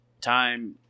Time